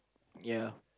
ya